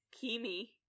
Kimi